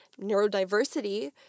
neurodiversity